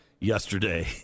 yesterday